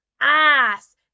ass